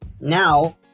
Now